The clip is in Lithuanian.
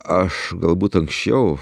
aš galbūt anksčiau